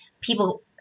people